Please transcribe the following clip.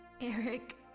Eric